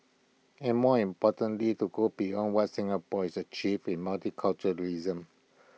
and more importantly to go beyond what Singapore has achieved in multiculturalism